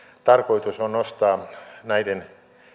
tarkoitus on nostaa näiden